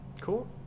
Cool